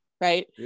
Right